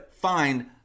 find